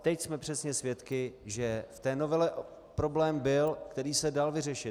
Teď jsme přesně svědky, že v té novele byl problém, který se dal vyřešit.